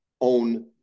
Own